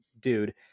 dude